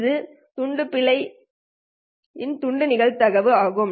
இது துண்டு பிழையின் துண்டு நிகழ்தகவு ஆகும்